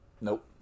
Nope